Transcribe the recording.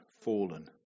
fallen